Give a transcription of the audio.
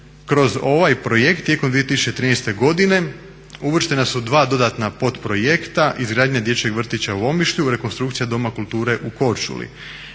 Kroz ovaj projekt tijekom 2013. godine uvrštena su dva dodatna podprojekta: izgradnja dječjeg vrtića u Omišlju, rekonstrukcija doma kulture u Korčuli.